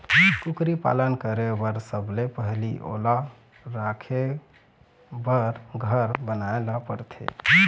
कुकरी पालन करे बर सबले पहिली ओला राखे बर घर बनाए ल परथे